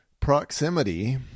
Proximity